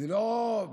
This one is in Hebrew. זה לא פגיעה